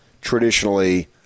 traditionally